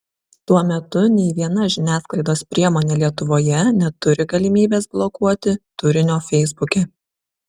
tuo metu nei viena žiniasklaidos priemonė lietuvoje neturi galimybės blokuoti turinio feisbuke